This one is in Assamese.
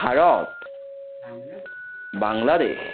ভাৰত বাংলাদেশ